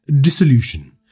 dissolution